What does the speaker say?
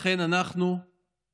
לכן, אנחנו נמשיך